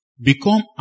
become